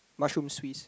mushroom swiss